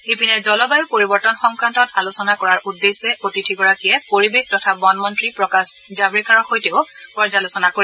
ইপিনে জলবায়ুৰ পৰিবৰ্তন সংক্ৰান্তত আলোচনা কৰাৰ উদ্দেশ্যে অতিথিগৰাকীয়ে পৰিৱেশ তথা বনমন্ত্ৰী প্ৰকাশ জাভড়েকাৰৰ সৈতেও পৰ্যালোচনা কৰিব